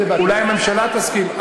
אולי הממשלה תסכים?